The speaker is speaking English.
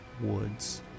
Woods